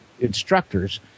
instructors